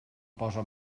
posa